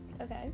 okay